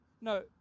No